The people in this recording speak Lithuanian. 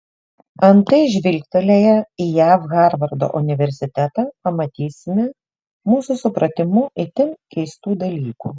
antai žvilgtelėję į jav harvardo universitetą pamatysime mūsų supratimu itin keistų dalykų